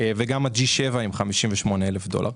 וב-G7 - 58,000 דולר.